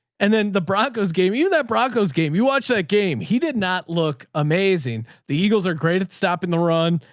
and then the broncos game. you that broncos game, you watch that game. he did not look amazing. the eagles are great at stopping the run.